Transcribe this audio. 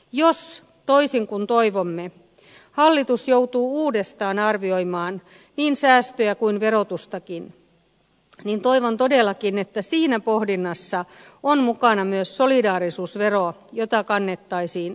jos toisin kuin toivomme hallitus joutuu uudestaan arvioimaan niin säästöjä kuin verotustakin niin toivon todellakin että siinä pohdinnassa on mukana myös solidaarisuusvero jota kannettaisiin hyvätuloisimmilta